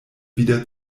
wieder